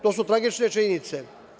To su tragične činjenice.